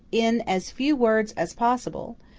in as few words as possible,